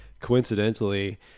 coincidentally